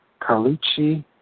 Carlucci